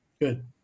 Good